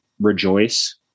Rejoice